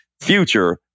future